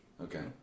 Okay